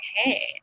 okay